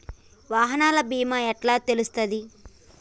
వాహనాల బీమా ఎట్ల తెలుస్తది?